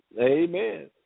Amen